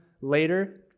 later